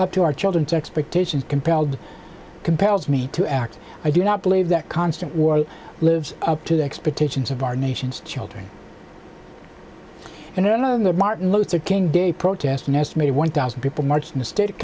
up to our children to expectations compelled compels me to act i do not believe that constant war lives up to the expectations of our nation's children and i know that martin luther king day protest an estimated one thousand people marched in the state